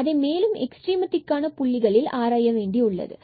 அதை மேலும் எக்ஸ்ட்ரீமம் அதற்கான புள்ளிகளில் ஆராயவேண்டியுள்ளது